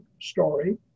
story